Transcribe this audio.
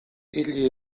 ell